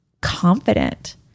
confident